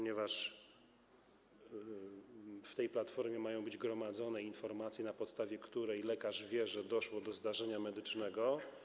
Na tej platformie mają być gromadzone informacje, na podstawie których lekarz wie, że doszło do zdarzenia medycznego.